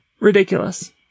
Ridiculous